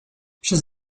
przez